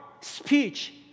speech